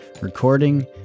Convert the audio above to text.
recording